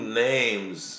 names